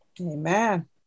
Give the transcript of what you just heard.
Amen